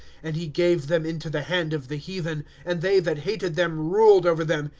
and he gave them into the hand of the heathen and they that hated them ruled over them.